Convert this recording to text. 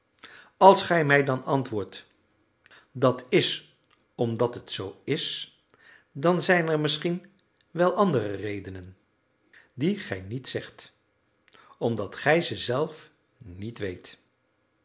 als gij mij dan antwoordt dat is omdat het zoo is dan zijn er misschien wel andere redenen die gij niet zegt omdat gij ze zelf niet weet